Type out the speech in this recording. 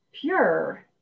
pure